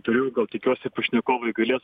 turiu tikiuosi pašnekovai galės